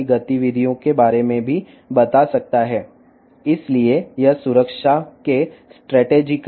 ఇది భవనం యొక్క పరిమాణం మరియు భవనంలో జరుగుతున్న కార్యకలాపాల గురించి కూడా తెలియజేస్తుంది